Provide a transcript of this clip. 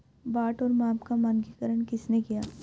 बाट और माप का मानकीकरण किसने किया?